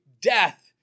death